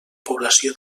població